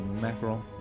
mackerel